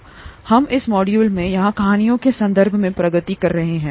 हम इस मॉड्यूल में यहां कहानियों के संदर्भ में प्रगति कर रहे हैं